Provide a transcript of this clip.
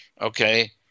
Okay